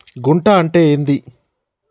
గుంట అంటే ఏంది?